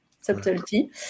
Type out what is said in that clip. subtlety